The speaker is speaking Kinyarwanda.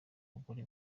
abagore